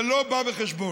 זה לא בא בחשבון.